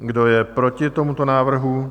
Kdo je proti tomuto návrhu?